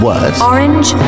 Orange